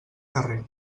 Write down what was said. carrer